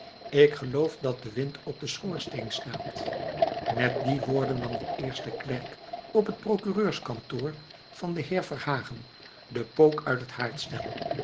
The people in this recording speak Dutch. k geloof dat de wind op den schoorsteen staat met die woorden nam de eerste klerk op het procureurskantoor van den heer verhagen den pook uit het